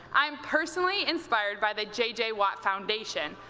i am personally inspired by the j j. watt foundation,